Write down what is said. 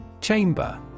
chamber